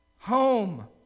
Home